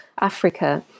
Africa